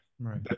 Right